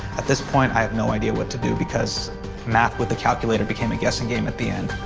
at this point i have no idea what to do because math with a calculator became a guessing game at the end.